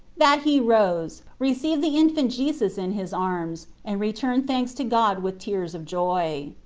that he rose, received the infant jesus in his arms, and returned thanks to god with tears of joy.